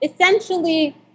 Essentially